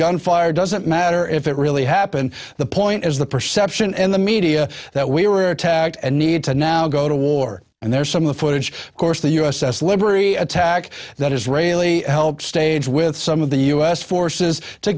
gunfire doesn't matter if it really happened the point is the perception in the media that we were attacked and need to now go to war and there's some of the footage of course the u s s liberty at tack that israeli help stage with some of the us forces to